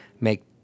make